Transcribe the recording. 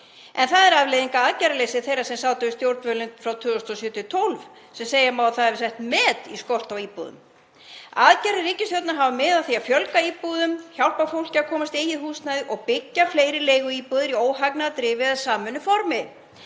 en það er afleiðing af aðgerðaleysi þeirra sem sátu við stjórnvölinn frá 2007–2012 sem segja má að hafi sett met í skorti á íbúðum. Aðgerðir ríkisstjórnarinnar hafa miðað að því að fjölga íbúðum, hjálpa fólki að komast í eigið húsnæði og byggja fleiri leiguíbúðir í óhagnaðardrifnu eða samvinnuformi.